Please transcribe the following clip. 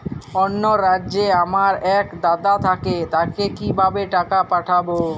অন্য রাজ্যে আমার এক দাদা থাকে তাকে কিভাবে টাকা পাঠাবো?